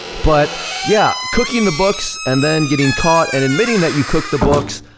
but yeah cooking the books and then getting caught and admitting that you cooked the books,